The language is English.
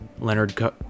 leonard